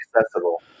accessible